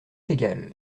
égal